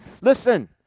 Listen